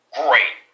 great